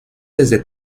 desde